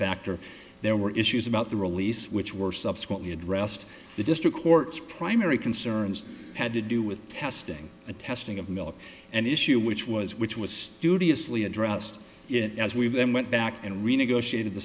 factor there were issues about the release which were subsequently addressed the district courts primary concerns had to do with testing and testing of milk and issue which was which was stupid yes lee addressed it as we've then went back and renegotiated the